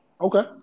Okay